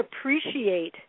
appreciate